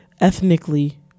ethnically